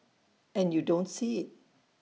and you don't see IT